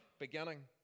beginning